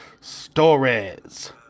Stories